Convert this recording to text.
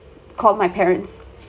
called my parents